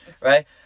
right